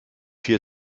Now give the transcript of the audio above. vier